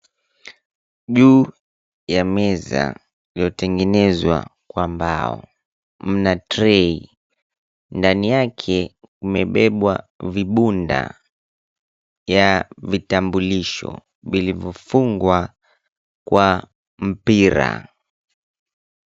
Juu ya meza ilotengenezwa kwa mbao mna trei, ndani yake kumebebwa vibunda ya vitambulisho vilivyofungwa kwa mpira.